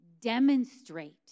demonstrate